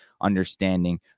understanding